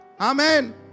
Amen